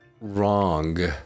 wrong